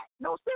No